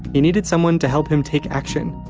he needed someone to help him take action,